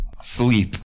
sleep